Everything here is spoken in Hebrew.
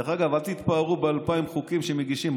דרך אגב, אל תתפארו ב-2,000 חוקים שמגישים.